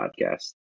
podcast